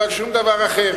לא על שום דבר אחר.